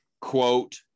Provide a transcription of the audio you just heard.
quote